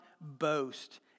boast